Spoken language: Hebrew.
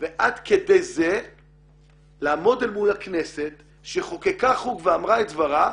ועד כדי זה לעמוד מול הכנסת שחוקקה חוק ואמרה את דברה.